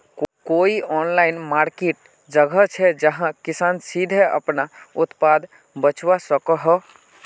कोई online market जगह छे जहाँ किसान सीधे अपना उत्पाद बचवा सको हो?